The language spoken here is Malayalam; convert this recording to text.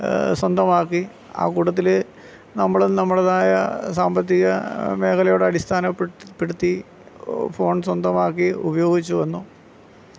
സ്വന്തമാക്കി ആ കൂട്ടത്തിൽ നമ്മൾ നമ്മളുടെതായ സാമ്പത്തിക മേഖലയുടെ അടിസ്ഥാനപ്പെടുത്തി പ്പെടുത്തി ഫോൺ സ്വന്തമാക്കി ഉപയോഗിച്ച് വന്നു